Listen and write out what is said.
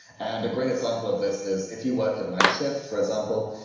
and a great example of this is if you work a night shift for example,